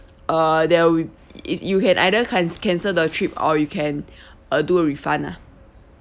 uh there will be i~ you can either can~ cancel the trip or you can uh do a refund ah